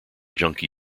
junkie